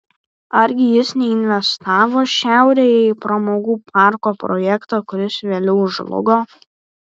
argi jis neinvestavo šiaurėje į pramogų parko projektą kuris vėliau žlugo